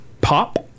pop